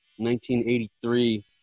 1983